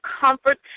comfort